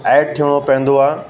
add थियणो पवंदो आहे